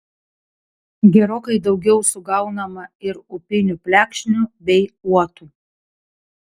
gerokai daugiau sugaunama ir upinių plekšnių bei uotų